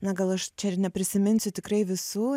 na gal aš čia ir neprisiminsiu tikrai visų